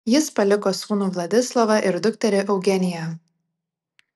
jis paliko sūnų vladislovą ir dukterį eugeniją